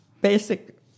basic